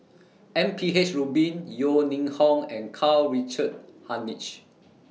M P H Rubin Yeo Ning Hong and Karl Richard Hanitsch